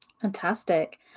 Fantastic